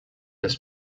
das